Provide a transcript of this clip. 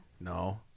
No